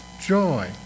joy